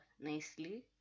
nicely